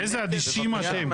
איזה אדישים אתם,